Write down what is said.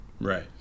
right